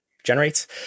Generates